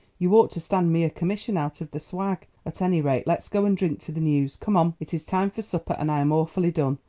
you ought to stand me a commission out of the swag. at any rate, let's go and drink to the news. come on, it is time for supper and i am awfully done.